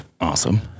Awesome